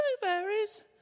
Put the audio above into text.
blueberries